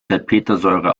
salpetersäure